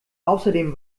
außerdem